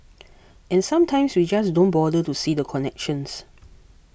and sometimes we just don't bother to see the connections